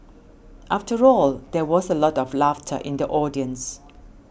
after all there was a lot of laughter in the audience